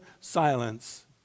silence